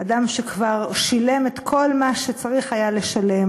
אדם שכבר שילם את כל מה שצריך היה לשלם,